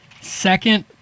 second